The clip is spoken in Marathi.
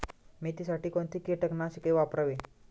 मेथीसाठी कोणती कीटकनाशके वापरावी?